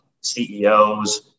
CEOs